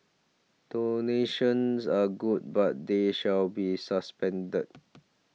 donations are good but they shall be suspended